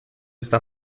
está